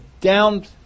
down